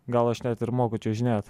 gal aš net ir moku čiuožinėt